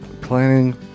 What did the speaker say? Planning